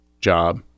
job